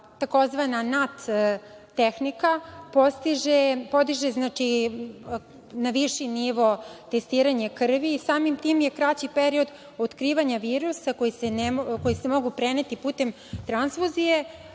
tzv.“NAT tehnika“ podiže na viši nivo testiranje krvi i samim tim je kraći period otkrivanja virusa koji se mogu preneti putem tranfuzije